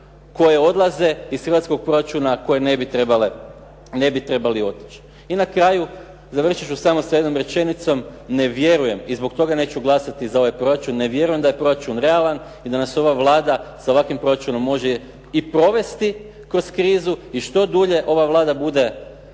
koje odlaze iz hrvatskog proračuna, a koje ne bi trebala otići. I na kraju, završit ću samo s jednom rečenicom, ne vjerujem i zbog toga neću glasati za ovaj proračun, ne vjerujem da je proračun realan i da nas ova Vlada sa ovakvim proračunom može i provesti kroz krizu i što dulje ova Vlada bude